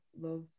Love